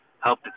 help